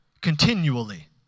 continually